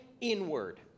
inward